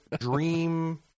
dream